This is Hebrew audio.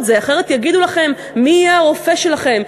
זה אחרת יגידו לכם מי יהיה הרופא שלכם,